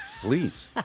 please